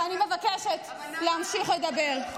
ואני מבקשת להמשיך לדבר.